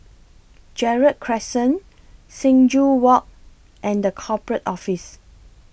Gerald Crescent Sing Joo Walk and The Corporate Office